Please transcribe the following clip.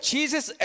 Jesus